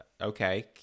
okay